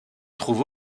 trouve